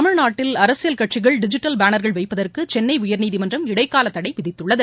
தமிழ்நாட்டில் அரசியல் கட்சிகள் டிஜிட்டல் பேனர்கள் வைப்பதற்கு சென்னை உயர்நீதிமன்றம் இடைக்கால தடை விதித்துள்ளது